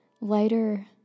lighter